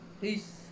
Peace